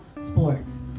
sports